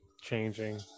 changing